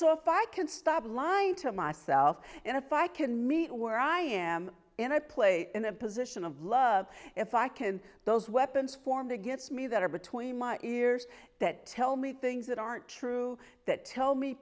so if i can stop lying to myself and if i can meet where i am and i play in a position of love if i can those weapons form that gets me that are between my ears that tell me things that aren't true that tell me